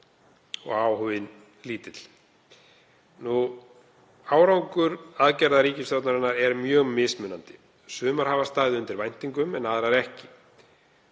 og áhuginn lítill. Árangur aðgerða ríkisstjórnarinnar er mjög mismunandi. Sumar hafa staðið undir væntingum en aðrar ekki.